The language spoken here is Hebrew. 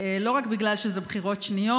לא רק בגלל שאלה בחירות שניות,